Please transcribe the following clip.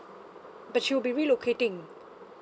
but she will be relocating